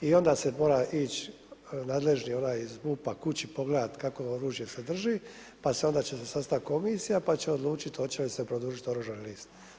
i onda se mora ići nadležni onaj iz MUP-a kući pogledati kakvo je oružje što drži, pa će se onda sastati komisija pa će odlučiti hoće li se produžiti oružani list.